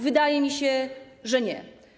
Wydaje mi się, że nie.